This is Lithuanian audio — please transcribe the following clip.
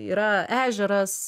yra ežeras